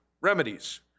remedies